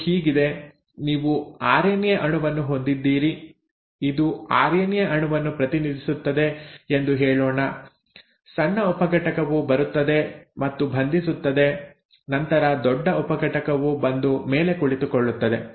ಇದು ಹೀಗಿದೆ ನೀವು ಆರ್ಎನ್ಎ ಅಣುವನ್ನು ಹೊಂದಿದ್ದೀರಿ ಇದು ಆರ್ಎನ್ಎ ಅಣುವನ್ನು ಪ್ರತಿನಿಧಿಸುತ್ತದೆ ಎಂದು ಹೇಳೋಣ ಸಣ್ಣ ಉಪಘಟಕವು ಬರುತ್ತದೆ ಮತ್ತು ಬಂಧಿಸುತ್ತದೆ ನಂತರ ದೊಡ್ಡ ಉಪಘಟಕವು ಬಂದು ಮೇಲೆ ಕುಳಿತುಕೊಳ್ಳುತ್ತದೆ